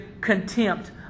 contempt